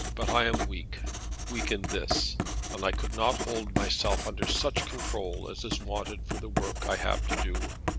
but i am weak weak in this and i could not hold myself under such control as is wanted for the work i have to do.